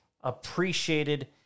appreciated